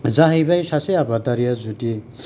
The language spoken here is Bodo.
जाहैबाय सासे आबादारिया जुदि